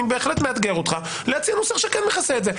אני בהחלט מאתגר אותך להציע נוסח שכן מכסה את זה.